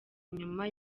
inyuma